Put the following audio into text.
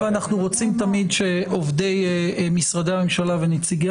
אנחנו תמיד רוצים שעובדי משרדי הממשלה ונציגי